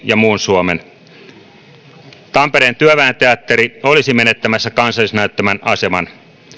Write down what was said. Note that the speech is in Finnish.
ja muun suomen tampereen työväen teatteri olisi menettämässä kansallisnäyttämön aseman